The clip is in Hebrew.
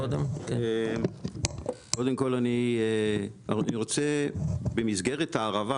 קודם כל אני רוצה במסגרת הערבה,